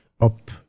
up